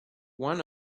one